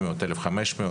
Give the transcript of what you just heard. בבקשה.